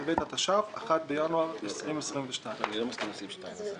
בטבת התש"ף (1.1.2022)." אני לא מסכים לסעיף 2 הזה,